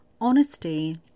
Honesty